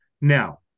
Now